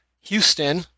Houston